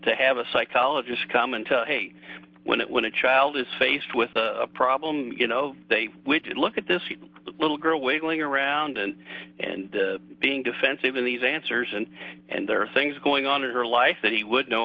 to have a psychologist come into play when it when a child is faced with a problem you know they look at this little girl wailing around and and being defensive in these answers and and there are things going on in her life that he would know